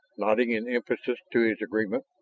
nodding in emphasis to his agreement.